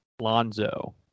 Lonzo